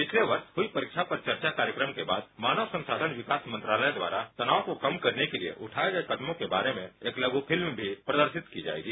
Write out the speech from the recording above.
पिछले वर्ष हुई परीक्षा पर चर्चा कार्यक्रम के बाद मानव संसाधन विकास मंत्रालय द्वारा तनाव को कम करने के लिये उठाये गये कदमों के बारे में एक लघ् फिल्म भी प्रदर्शित जायेगी